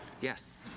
yes